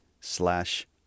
slash